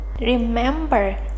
remember